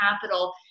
capital